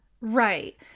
right